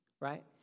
right